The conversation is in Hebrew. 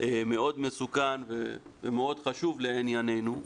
מאוד מסוכן ומאוד חשוב לענייננו,